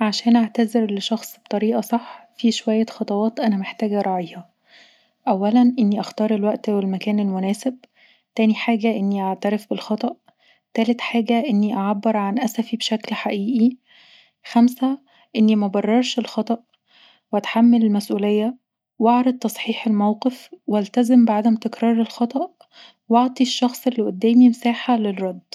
عشان اعتذر لشخص بطريقة صح فيه شوية خطوات انا محتاجه ارعيها، اولا اني اختار الوقت والمكان المناسب، تاني حاجه اني اعترف بالخطأ، تالت حاجه اني اعبر عن اسفي بشكل حقيقي، خمسه اني مبررش الخطأ واتحمل المسؤليه واعرض تصحيح الموقف وألتزم بعدم تكرار الخطأ واعطي الشخص اللي قدامي مساحه للرد